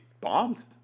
bombed